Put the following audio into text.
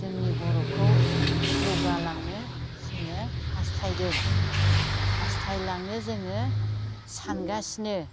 जोंनि बर'खौ जौगालांनो जोङो हास्थायदों हास्थायलाङो जोङो सानगासिनो